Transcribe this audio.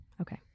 Okay